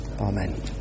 amen